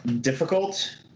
difficult